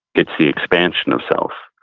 it's the expansion of self.